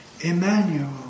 Emmanuel